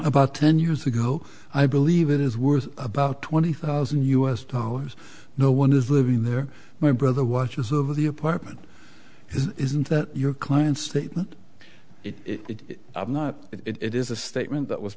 about ten years ago i believe it is worth about twenty thousand u s dollars no one is living there my brother watches over the apartment his isn't that your client's statement it i'm not it is a statement that was